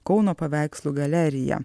kauno paveikslų galeriją